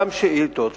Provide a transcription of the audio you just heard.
וגם שאילתות,